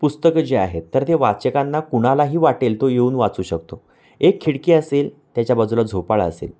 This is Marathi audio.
पुस्तकं जी आहेत तर ते वाचकांना कुणालाही वाटेल तो येऊन वाचू शकतो एक खिडकी असेल त्याच्या बाजूला झोपाळा असेल